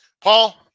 Paul